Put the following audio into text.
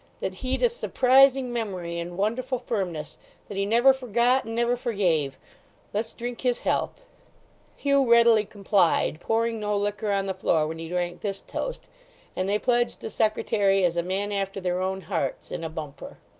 that he'd a surprising memory and wonderful firmness that he never forgot, and never forgave let's drink his health hugh readily complied pouring no liquor on the floor when he drank this toast and they pledged the secretary as a man after their own hearts, in a bumper.